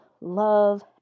love